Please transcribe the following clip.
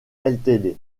ltd